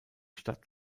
stadt